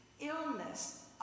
illness